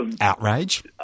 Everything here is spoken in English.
Outrage